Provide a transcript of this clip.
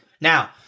Now